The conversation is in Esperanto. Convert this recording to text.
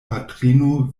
patrino